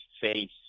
face